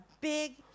big